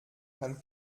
kann